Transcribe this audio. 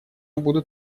будут